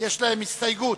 יש הסתייגות.